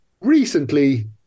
Recently